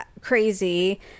crazy